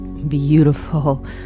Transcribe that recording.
beautiful